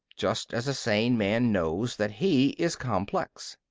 just as a sane man knows that he is complex.